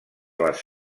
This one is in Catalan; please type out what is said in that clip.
les